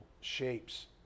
shapes